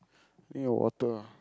eh got water ah